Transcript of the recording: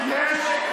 אחרון.